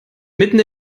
mitten